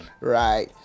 right